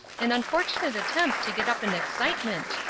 an unfortunate attempt to get up an excitement.